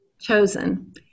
chosen